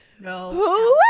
no